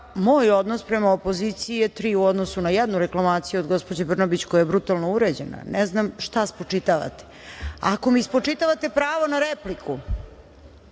moj odnos prema opoziciji je tri u odnosu na jednu reklamaciju od gospođe Brnabić, koja brutalno uvređena. Ne znam šta spočitavate? Ako mi spočitavate pravo na repliku,